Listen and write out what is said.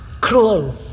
cruel